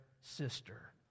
sister